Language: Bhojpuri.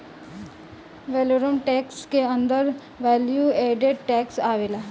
वैलोरम टैक्स के अंदर वैल्यू एडेड टैक्स आवेला